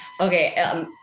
Okay